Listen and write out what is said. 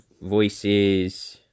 voices